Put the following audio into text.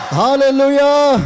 hallelujah